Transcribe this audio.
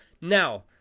Now